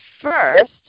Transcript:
first